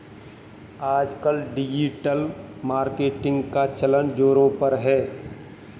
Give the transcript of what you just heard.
आजकल digital marketing का चलन ज़ोरों पर है